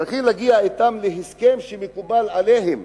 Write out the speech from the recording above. צריכים להגיע אתם להסכם שמקובל עליהם